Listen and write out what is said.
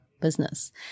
business